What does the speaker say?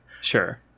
Sure